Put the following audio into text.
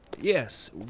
Yes